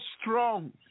strong